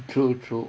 true true